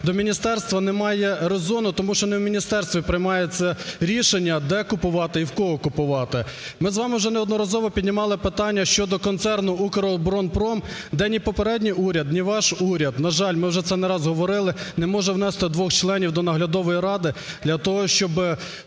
до міністерства немає резону, тому що не у міністерстві приймається рішення, де купувати і у кого купувати. Ми з вами вже неодноразово піднімали питання щодо концерну "Укроборонпрому", де ні попередній уряд, ні ваш уряд, на жаль, ми вже це не раз говорили, не може внести двох членів до наглядової ради для того, щоб